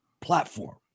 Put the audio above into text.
platform